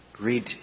read